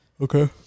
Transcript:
Okay